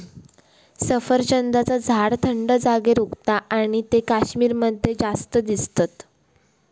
सफरचंदाचा झाड थंड जागेर उगता आणि ते कश्मीर मध्ये जास्त दिसतत